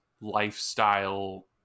lifestyle